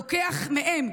לוקח מהם,